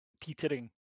teetering